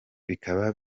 bikaba